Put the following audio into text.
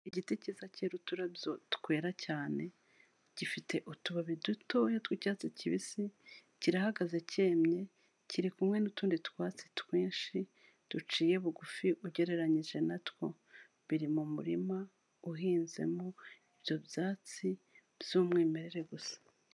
Igiti cyiza cyera uturabyo twera cyane, gifite utubabi dutoya tw'icyatsi kibisi, kirahagaze cyemye, kiri kumwe n'utundi twatsi twinshi, duciye bugufi ugereranyije na two. Biri mu murima uhinzemo ibyo byatsi by'umwimerere gusa.